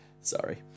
Sorry